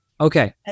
Okay